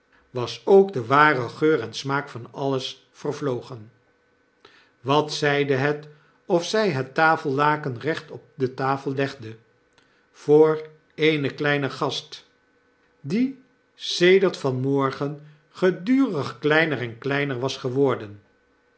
was ook de ware g'eur en smaak van alles vervlogen wat zeide het of zij het tafellaken recht op de tafel legde voor eene kleine gast die sedert van morgen gedurig kleiner en kleiner was geworden